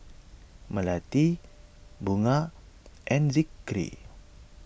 Melati Bunga and Zikri